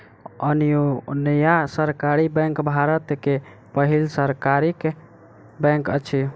अन्योन्या सहकारी बैंक भारत के पहिल सहकारी बैंक अछि